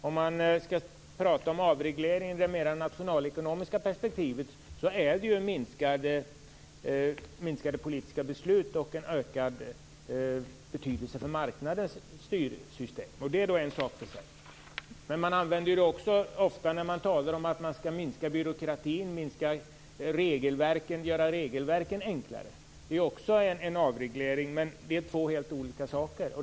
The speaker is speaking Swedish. Om man skall tala om avreglering i det mer nationalekonomiska perspektivet innebär det minskade politiska beslut och en ökad betydelse för marknadens styrsystem. Det är en sak för sig. Man använder sig ofta av detta också när man talar om att man skall minska byråkratin och regelverken och göra regelverken enklare. Även där är det fråga om en avreglering men det rör sig om två helt olika saker.